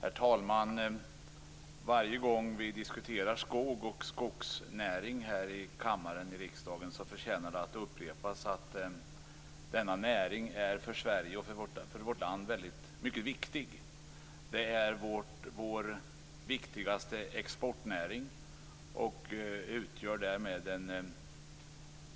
Herr talman! Varje gång vi diskuterar skog och skogsnäring här i kammaren förtjänar det att upprepas att denna näring är för vårt land mycket viktig. Det är vår viktigaste exportnäring och utgör därmed en